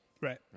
Right